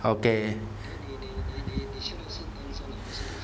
okay